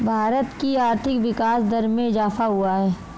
भारत की आर्थिक विकास दर में इजाफ़ा हुआ है